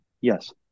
Yes